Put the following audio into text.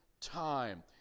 time